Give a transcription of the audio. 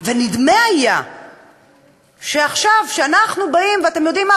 ונדמה היה שעכשיו, כשאנחנו באים, ואתם יודעים מה?